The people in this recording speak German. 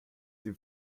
dem